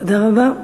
תודה רבה.